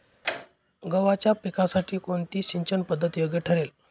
गव्हाच्या पिकासाठी कोणती सिंचन पद्धत योग्य ठरेल?